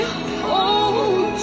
hold